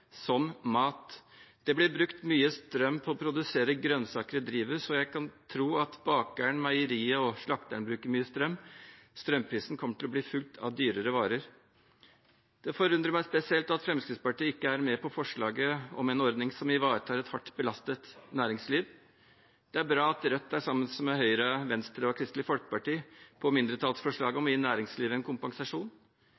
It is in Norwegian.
mat. Det blir brukt mye strøm på å produsere grønnsaker i drivhus, og jeg vil tro at bakeren, meieriet og slakteren bruker mye strøm. Strømprisen kommer til å bli fulgt av dyrere varer. Det forundrer meg spesielt at Fremskrittspartiet ikke er med på forslaget om en ordning som ivaretar et hardt belastet næringsliv. Det er bra at Rødt er sammen med Høyre, Venstre og Kristelig Folkeparti på mindretallsforslaget om